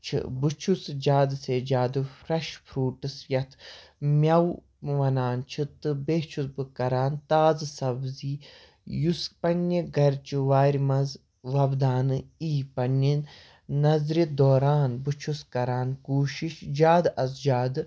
چھِ بہٕ چھُس زیادٕ سے زیادٕ فرٛیٚش فرٛوٗٹٕس یَتھ میٚوٕ وَنان چھِ تہٕ بیٚیہِ چھُس بہٕ کَران تازٕ سبزی یُس پننہِ گَھرِچہِ وارِ منٛز وۄبداونہٕ یِی پننہِ نظرِ دوران بہٕ چھُس کَران کوٗشِش زیادٕ اَز زیادٕ